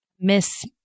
Miss